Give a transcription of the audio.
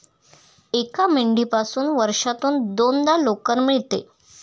एका मेंढीपासून वर्षातून दोनदा लोकर मिळते